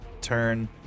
turn